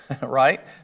Right